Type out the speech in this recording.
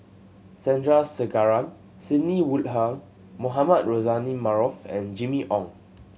Sandrasegaran Sidney Woodhull Mohamed Rozani Maarof and Jimmy Ong